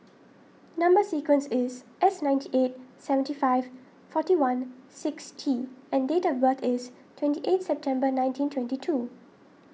Number Sequence is S ninety eight seventy five forty one six T and date of birth is twenty eight September nineteen twenty two